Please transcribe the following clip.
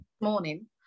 morning